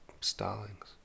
Starlings